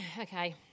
Okay